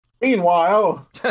Meanwhile